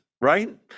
right